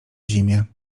zimie